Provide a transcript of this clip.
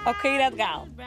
o kairę atgal